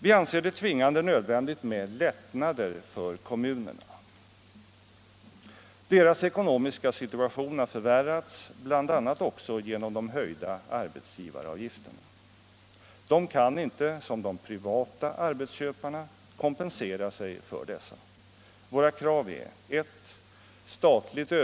Vi anser det tvingande nödvändigt med lättnader för kommunerna. Deras ekonomiska situation har förvärrats bl.a. också genom de höjda arbetsgivaravgifterna. De kan inte såsom de privata arbetsköparna kompensera sig för dessa.